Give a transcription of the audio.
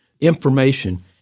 information